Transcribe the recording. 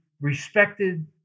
respected